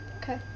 Okay